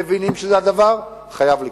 מבינים שהדבר חייב לקרות.